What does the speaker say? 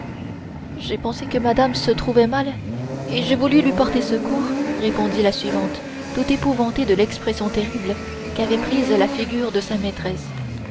j'ai pensé que madame se trouvait mal et j'ai voulu lui porter secours répondit la suivante tout épouvantée de l'expression terrible qu'avait prise la figure de sa maîtresse